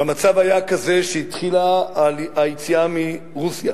והמצב היה כזה שהתחילה היציאה מרוסיה,